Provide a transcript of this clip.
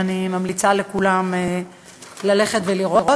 ואני ממליצה לכולם ללכת ולראות.